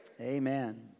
Amen